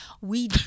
We-